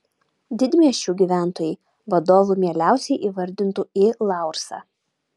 didmiesčių gyventojai vadovu mieliausiai įvardintų i laursą